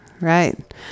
right